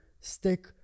stick